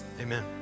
amen